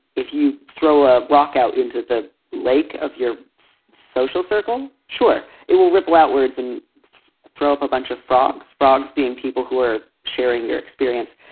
if you throw a rock out into the lake of your social circle, sure, it will ripple outwards and throw up a bunch of frogs, frogs being people who are sharing your experience.